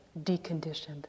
deconditioned